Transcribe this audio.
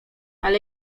ale